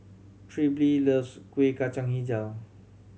Trilby loves Kueh Kacang Hijau